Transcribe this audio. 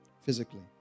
physically